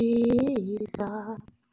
Jesus